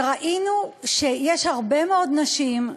וראינו שיש הרבה מאוד נשים,